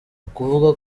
ukuvuga